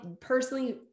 personally